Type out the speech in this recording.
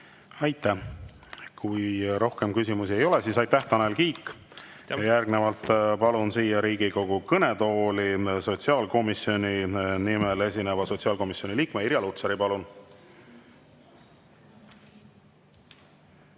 aastas. Kui rohkem küsimusi ei ole, siis aitäh, Tanel Kiik! Järgnevalt palun siia Riigikogu kõnetooli sotsiaalkomisjoni nimel esineva sotsiaalkomisjoni liikme Irja Lutsari. Palun!